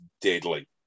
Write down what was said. deadly